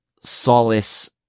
solace